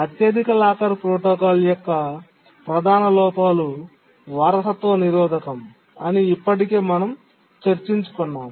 అత్యధిక locker protocol యొక్క ప్రధాన లోపాలు వారసత్వ నిరోధకం అని ఇప్పటికే మనం చర్చించుకున్నాము